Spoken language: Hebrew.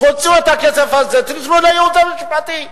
תוציאו את הכסף הזה ותמסרו לייעוץ המשפטי.